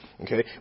Okay